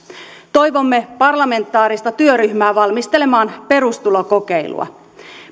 toivomme parlamentaarista työryhmää valmistelemaan perustulokokeilua